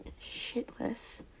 shitless